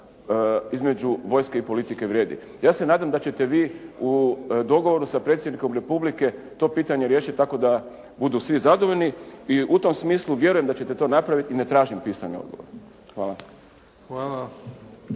između vojske i politike vrijedi. Ja se nadam da ćete vi u dogovoru sa predsjednikom Republike to pitanje riješiti tako da budu svi zadovoljni i u tom smislu vjerujem da ćete to napraviti i ne tražim pisani odgovor. Hvala.